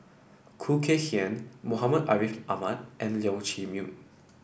Khoo Kay Hian Muhammad Ariff Ahmad and Leong Chee Mun